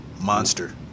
Monster